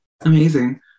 Amazing